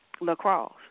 lacrosse